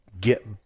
get